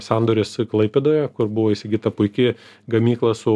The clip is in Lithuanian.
sandoris klaipėdoje kur buvo įsigyta puiki gamykla su